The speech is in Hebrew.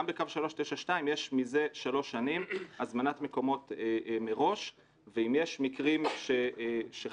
גם בקו 392 יש מזה שלוש שנים הזמנת מקומות מראש ואם יש מקרים שחיילים,